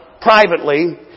privately